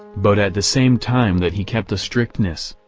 but at the same time that he kept a strictness,